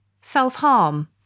self-harm